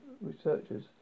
researchers